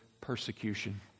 persecution